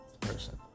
person